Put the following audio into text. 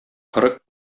кырык